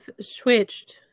switched